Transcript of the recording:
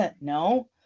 No